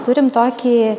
turim tokį